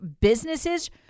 businesses